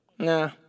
Nah